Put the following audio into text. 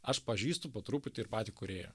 aš pažįstu po truputį ir patį kūrėją